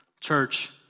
Church